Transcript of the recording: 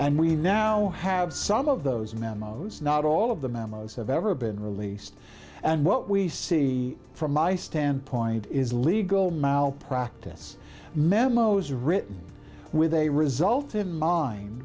and we now have some of those memos not all of the memos have ever been released and what we see from my standpoint is legal malpractise memos written with a result in mind